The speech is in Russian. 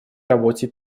работе